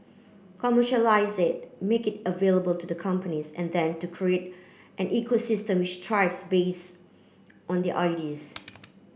commercialise it make it available to the companies and then to create an ecosystem which thrives base on the ideas